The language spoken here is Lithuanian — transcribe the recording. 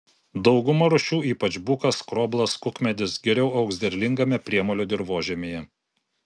dauguma rūšių ypač bukas skroblas kukmedis geriau augs derlingame priemolio dirvožemyje